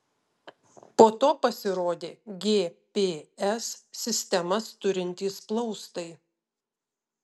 po to pasirodė gps sistemas turintys plaustai